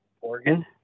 Oregon